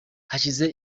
hashize